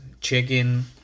chicken